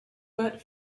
but